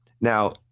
now